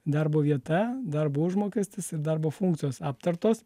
darbo vieta darbo užmokestis ir darbo funkcijos aptartos